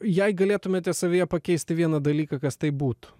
jei galėtumėte savyje pakeisti vieną dalyką kas tai būtų